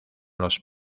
los